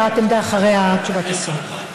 הבעת עמדה אחרי תשובת השר.